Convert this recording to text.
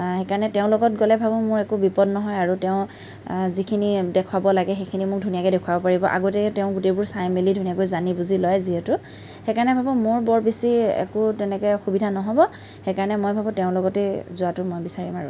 সেইকাৰণে তেওঁৰ লগত গ'লে ভাবো মোৰ একো বিপদ নহয় আৰু তেওঁ যিখিনি দেখুওৱাব লাগে সেইখিন মোৰ ধুনীয়াকৈ দেখুৱাব পাৰিব আগতীয়াকৈ তেওঁ গোটেইবোৰ চাই মেলি ধুনীয়াকৈ জানি বুজি লয় যিহেতু সেইকাৰণে ভাবো মোৰ বৰ বেছি একো তেনেকৈ অসুবিধা নহ'ব সেইকাৰণে মই ভাবো তেওঁৰ লগতেই যোৱাটো মই বিচাৰিম আৰু